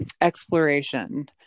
exploration